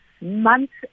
months